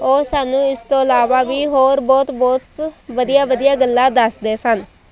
ਉਹ ਸਾਨੂੰ ਇਸ ਤੋਂ ਇਲਾਵਾ ਵੀ ਹੋਰ ਬਹੁਤ ਬਹੁਤ ਵਧੀਆ ਵਧੀਆ ਗੱਲਾਂ ਦੱਸਦੇ ਸਨ